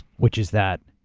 which is that,